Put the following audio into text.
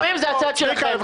האיומים זה הצד שלכם,